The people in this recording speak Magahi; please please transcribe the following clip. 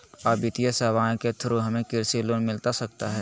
आ वित्तीय सेवाएं के थ्रू हमें कृषि लोन मिलता सकता है?